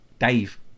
Dave